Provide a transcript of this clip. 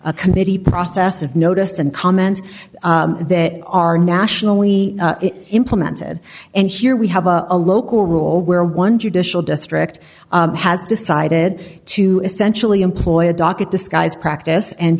committee process of notice and comment that are nationally implemented and here we have a local rule where one judicial district has decided to essentially employ a docket disguised practice and